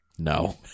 No